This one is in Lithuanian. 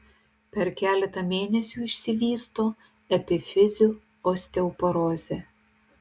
per keletą mėnesių išsivysto epifizių osteoporozė